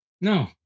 No